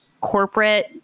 corporate